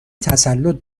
تسلط